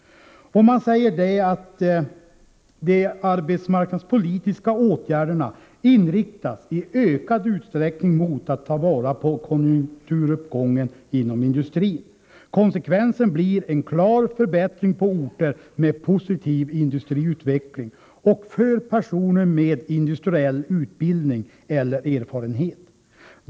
Man säger att de arbetsmarknadspolitiska åtgärderna i ökad utsträckning inriktas mot att ta vara på konjunkturuppgången inom industrin. Konsekvensen blir en klar förbättring på orter med positiv industriutveckling och för personer med industriell utbildning eller erfarenhet.